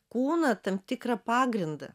kūną tam tikrą pagrindą